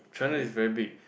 China is very big